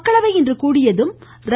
மக்களவை இன்று கூடியதும் ர